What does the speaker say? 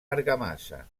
argamassa